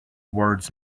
words